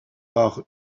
par